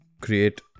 create